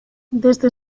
desde